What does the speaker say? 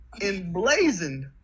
emblazoned